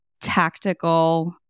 tactical